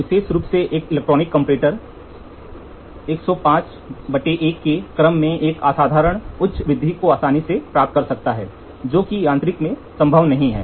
विशेष रूप से एक इलेक्ट्रॉनिक कंपैरेटर 105 1 के क्रम के एक असाधारण उच्च वृद्धि को आसानी से प्राप्त कर सकता है जो कि यांत्रिक में संभव नहीं है